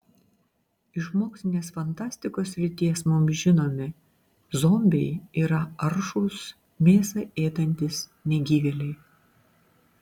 iš mokslinės fantastikos srities mums žinomi zombiai yra aršūs mėsą ėdantys negyvėliai